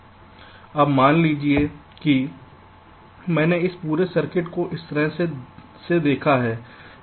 अब मान लीजिए कि मैंने इस पूरे सर्किट को इस तरह से देखा है